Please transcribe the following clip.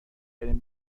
بریم